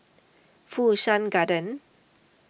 Fu Shan Garden